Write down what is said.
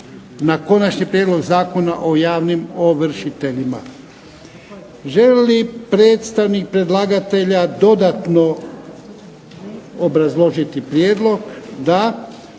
na Konačni prijedlog Zakona o javnim ovršiteljima. Želi li predstavnik predlagatelja dodatno obrazložiti prijedlog? Da.